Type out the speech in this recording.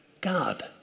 God